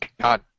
God